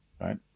right